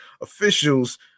Officials